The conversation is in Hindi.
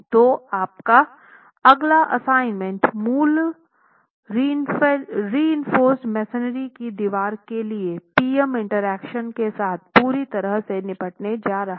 तो आपका अगला असाइनमेंट मूल रूप रिइंफोर्स मेसनरी की दीवारों के लिए PM इंटरैक्शन के साथ पूरी तरह से निपटने जा रहा है